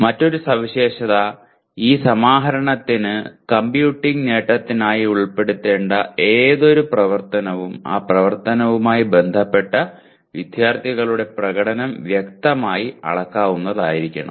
മറ്റൊരു സവിശേഷത ഈ സമാഹരണത്തിന് കമ്പ്യൂട്ടിംഗ് നേട്ടത്തിനായി ഉൾപ്പെടുത്തേണ്ട ഏതൊരു പ്രവർത്തനവും ആ പ്രവർത്തനവുമായി ബന്ധപ്പെട്ട വിദ്യാർത്ഥികളുടെ പ്രകടനം വ്യക്തമായി അളക്കാനാവുന്നതായിരിക്കണം